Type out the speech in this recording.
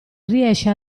riesce